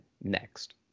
next